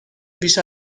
بیش